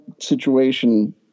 situation